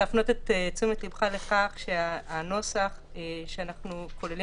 להפנות את תשומת ליבך לכך שהנוסח שאנחנו כוללים